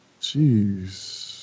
Jeez